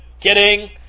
Kidding